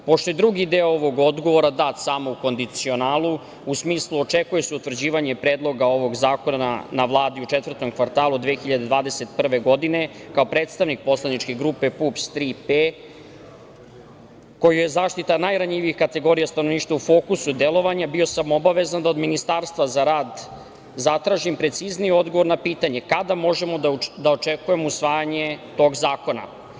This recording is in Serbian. Pošto je drugi deo ovog odgovora dat samo u kondicionalu u smislu očekuje je se utvrđivanje predloga ovog zakona na Vladu u četvrtom kvartalu 2021. godine, kao predstavnik poslaničke grupe PUPS –„Tri P“, kojoj je zaštita najranjivijih kategorija stanovništva u fokusu delovanja, bio sam obavezan da od Ministarstva za rad zatražim precizniji odgovor na pitanje – kada možemo da očekujemo usvajanje tog zakona?